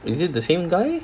is it the same guy